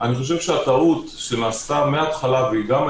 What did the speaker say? הוועדה הזאת חייבת לשקול שיקולים אחרים, שיקולים